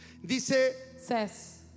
Dice